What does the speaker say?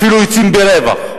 אפילו יוצאים ברווח,